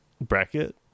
bracket